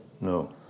No